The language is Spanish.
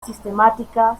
sistemática